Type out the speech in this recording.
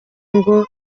ngo